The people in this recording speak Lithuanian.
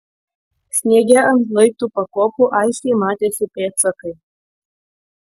sniege ant laiptų pakopų aiškiai matėsi pėdsakai